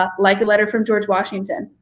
ah like a letter from george washington.